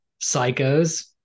psychos